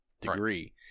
degree